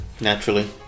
Naturally